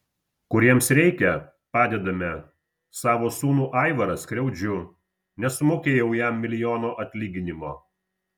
kuriems reikia padedame savo sūnų aivarą skriaudžiu nesumokėjau jam milijono atlyginimo